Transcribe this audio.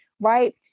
right